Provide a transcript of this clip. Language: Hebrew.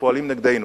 שפועלים נגדנו.